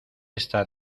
estar